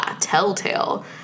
Telltale